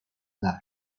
nash